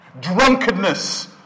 Drunkenness